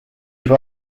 juba